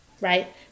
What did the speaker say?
Right